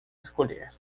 escolher